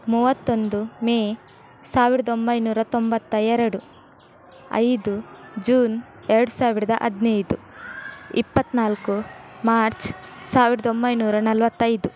ಮೂವತ್ತೊಂದು ಮೇ ಸಾವಿರ್ದ ಒಂಬೈನೂರ ತೊಂಬತ್ತ ಎರಡು ಐದು ಜೂನ್ ಎರಡು ಸಾವಿರದ ಹದಿನೈದು ಇಪ್ಪತ್ತ್ನಾಲ್ಕು ಮಾರ್ಚ್ ಸಾವಿರ್ದ ಒಂಬೈನೂರ ನಲವತ್ತೈದು